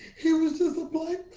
he was just a